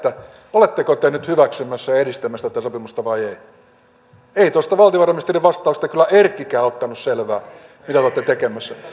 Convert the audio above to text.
oletteko te nyt hyväksymässä ja edistämässä tätä sopimusta vai ette ei tuosta valtiovarainministerin vastauksesta erkkikään ottanut selvää mitä te olette tekemässä